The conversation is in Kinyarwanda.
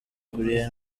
kuri